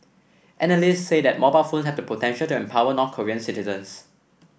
analysts say that mobile phone have the potential to empower North Korean citizens